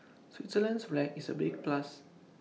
Switzerland's flag is A big plus